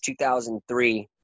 2003